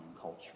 culture